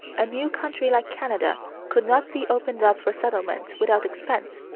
a new country like canada could not be opened up for settlement without expense,